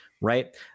right